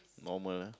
normal lah